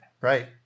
Right